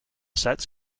sets